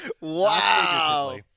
Wow